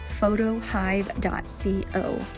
photohive.co